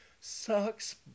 sucks